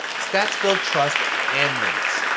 stats build trust and links.